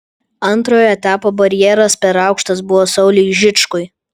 antrojo etapo barjeras per aukštas buvo sauliui žičkui